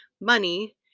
money